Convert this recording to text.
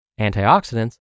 Antioxidants